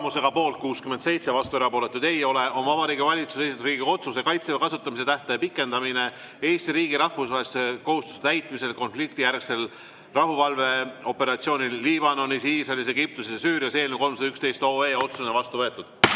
Vabariigi Valitsuse esitatud Riigikogu otsuse "Kaitseväe kasutamise tähtaja pikendamine Eesti riigi rahvusvaheliste kohustuste täitmisel konfliktijärgsel rahuvalveoperatsioonil Liibanonis, Iisraelis, Egiptuses ja Süürias" eelnõu 311 otsusena vastu võetud.